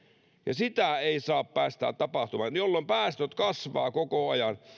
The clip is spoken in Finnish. ja sitä ei saa päästää tapahtumaan jolloin päästöt kasvavat koko ajan